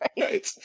Right